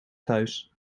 thuis